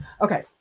Okay